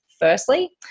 Firstly